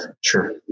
Sure